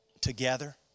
together